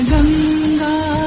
Ganga